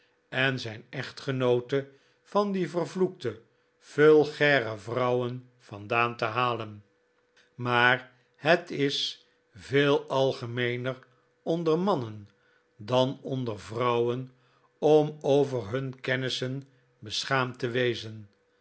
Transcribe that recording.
en zijn echtgenoote van die vervloekte vulgaire vrouwen vandaan te halen maar het is veel algemeener onder mannen dan onder vrouwen om over hun kennjssen beschaamd te wezen